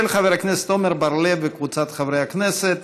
של חבר הכנסת עמר בר-לב וקבוצת חברי הכנסת.